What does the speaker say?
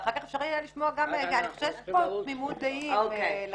ואחר כך אפשר יהיה לשמוע אני חושבת שיש פה